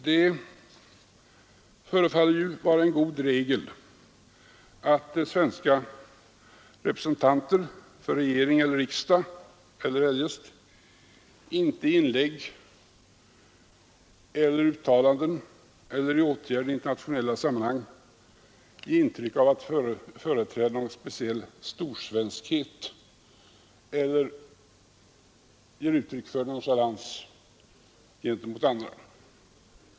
Det förefaller vara en god regel att svenska representanter för regering och riksdagen eller eljest inte i inlägg eller i uttalanden eller genom åtgärder i internationella sammanhang ger intryck av att företräda en speciell storsvenskhet eller ger uttryck för nonchalans gentemot andra.